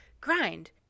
grind